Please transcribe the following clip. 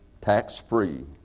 tax-free